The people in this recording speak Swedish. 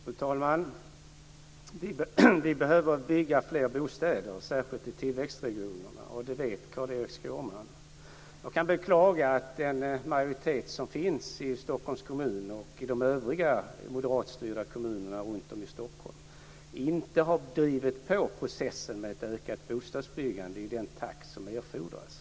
Fru talman! Vi behöver bygga fler bostäder, särskilt i tillväxtregionerna. Det vet Carl-Erik Skårman. Jag kan beklaga att den majoritet som finns i Stockholms kommun och i övriga moderatstyrda kommuner runtom i Stockholm inte har drivit på processen med ett ökat bostadsbyggande i den takt som erfordras.